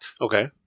okay